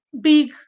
big